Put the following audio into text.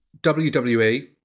WWE